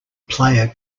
player